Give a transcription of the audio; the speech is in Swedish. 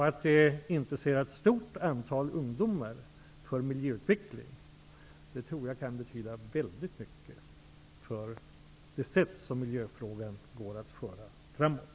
Att engagera ett stort antal ungdomar för miljöutveckling tror jag kan betyda väldigt mycket för hur miljöfrågorna kan föras framåt.